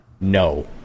no